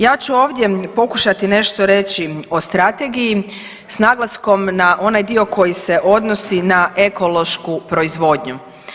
Ja ću ovdje pokušati nešto reći o strategiji s naglaskom na onaj dio koji se odnosi na ekološku proizvodnju.